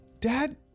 Dad